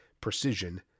Precision